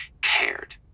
cared